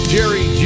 Jerry